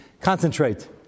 concentrate